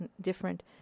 different